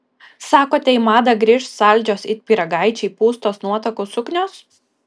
sakote į madą grįš saldžios it pyragaičiai pūstos nuotakų suknios